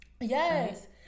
Yes